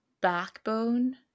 backbone